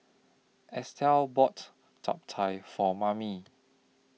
Estel bought Chap Chai For Mamie